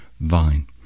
vine